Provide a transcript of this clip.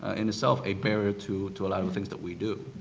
ah in itself, a barrier to to a lot of the things that we do.